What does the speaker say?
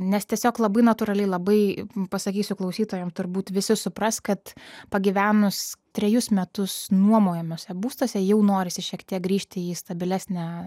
nes tiesiog labai natūraliai labai pasakysiu klausytojam turbūt visi supras kad pagyvenus trejus metus nuomojamuose būstuose jau norisi šiek tiek grįžti į stabilesnę